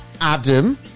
adam